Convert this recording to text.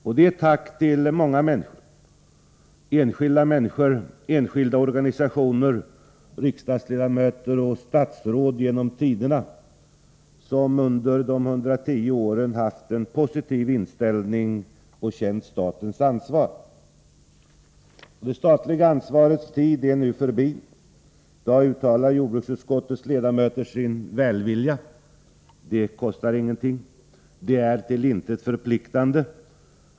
Det är ett tack till många människor, enskilda, organisationer, riksdagsledamöter och statsråd, som under de 110 åren haft en positiv inställning och känt statens ansvar. Det statliga ansvarets tid är nu förbi. I dag uttalar jordbruksutskottets ledamöter sin välvilja — för den kostar ingenting. Den är till intet förpliktande.